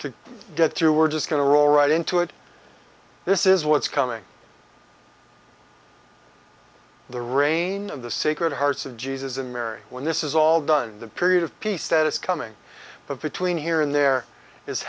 to get through we're just going to roll right into it this is what's coming the reign of the sacred hearts of jesus and mary when this is all done the period of peace that is coming between here and there is